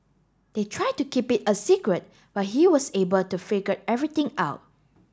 they tried to keep it a secret but he was able to figured everything out